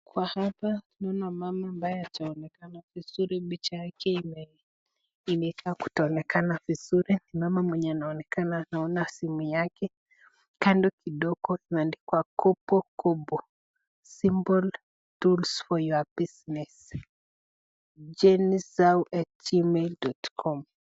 Kwa hapa tunaona mama ambaye hajaonekana vizuri picha yake imekaa kutoonekana vizuri. Mama mwenye anaonekana anaona simu yake. Kando kidogo imeandikwa kopokopo simple tools for your business jennysau@gmail.com .